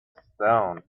stone